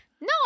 No